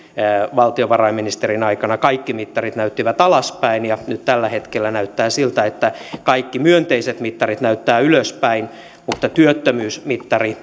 valtiovarainministerin aikana kaikki mittarit näyttivät alaspäin ja nyt tällä hetkellä näyttää siltä että kaikki myönteiset mittarit näyttävät ylöspäin työttömyysmittari